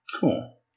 Cool